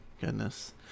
Goodness